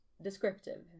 descriptive